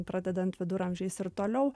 pradedant viduramžiais ir toliau